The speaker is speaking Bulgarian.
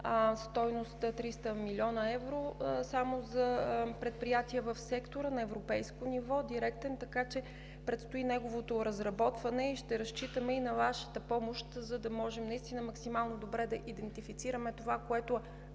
стойност от 300 млн. евро – само за предприятия в сектора, на европейско ниво, директен, така че предстои неговото разработване и ще разчитаме на Вашата помощ, за да може наистина максимално добре да идентифицираме това, което